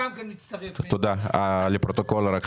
הפנייה אושרה.